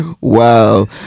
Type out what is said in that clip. Wow